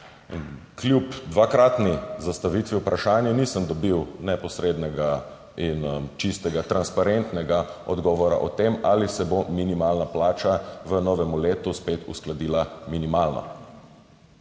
Kljub dvakratni zastavitvi vprašanja nisem dobil neposrednega in čistega, transparentnega odgovora o tem, ali se bo minimalna plača v novem letu spet uskladila minimalno.